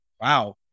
Wow